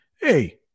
hey